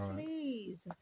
Please